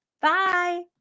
Bye